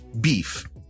beef